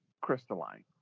crystalline